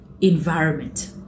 environment